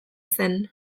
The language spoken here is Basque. zen